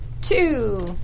Two